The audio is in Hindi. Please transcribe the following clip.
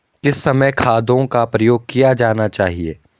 किस समय खादों का प्रयोग किया जाना चाहिए?